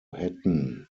hätten